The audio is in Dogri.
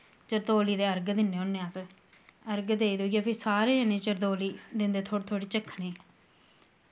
चरतोली दे अर्घ दिन्ने होन्ने अस अर्घ देई दुईयै फ्ही सारे जने चरतोली दिंदे थोह्ड़ी थोह्ड़ी चक्खने ई